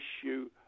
issue